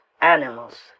animals